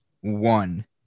one